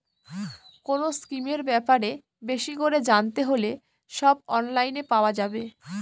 কোনো স্কিমের ব্যাপারে বেশি করে জানতে হলে সব অনলাইনে পাওয়া যাবে